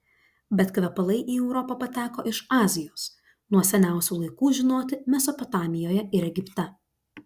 bet kvepalai į europą pateko iš azijos nuo seniausių laikų žinoti mesopotamijoje ir egipte